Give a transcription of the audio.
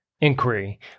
Inquiry